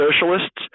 socialists